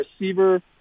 receiver